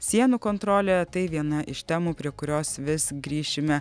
sienų kontrolė tai viena iš temų prie kurios vis grįšime